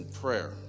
prayer